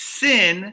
sin